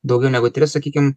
daugiau negu tris sakykim